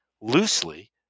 loosely